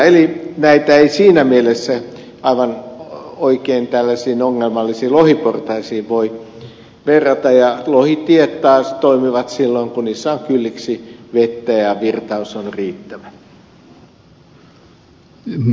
eli näitä ei siinä mielessä aivan oikein tällaisiin ongelmallisiin lohiportaisiin voi verrata ja lohitiet taas toimivat silloin kun niissä on kylliksi vettä ja virtaus on riittävä